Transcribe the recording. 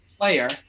player